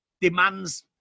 demands